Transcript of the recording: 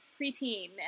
preteen